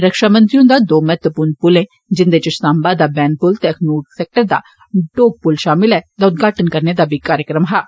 रक्षा मंत्री हुन्दा दो महत्वपूर्ण पुलें जिन्दे च साम्बा दा बैन पुल ते अखनूर सैक्टर दा डौक पुल षामल ऐ दा उदघाटन करने दा कार्यक्रम हा